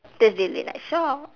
thursday late night shop